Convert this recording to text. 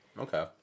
Okay